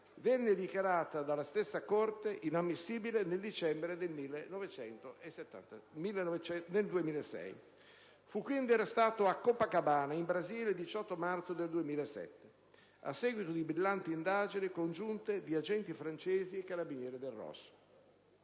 venne dichiarato dalla stessa Corte inammissibile nel dicembre del 2006. Fu quindi arrestato a Copacabana, in Brasile il 18 marzo 2007, a seguito di brillanti indagini congiunte di agenti francesi e carabinieri del ROS.